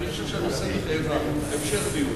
אני חושב שהנושא מחייב המשך דיון.